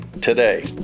today